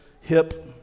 hip